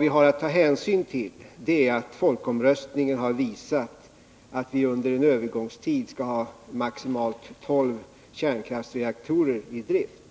Vi har att ta hänsyn till att folkomröstningen har visat att vi under en övergångstid skall ha maximalt tolv kärnkraftsreaktorer i drift.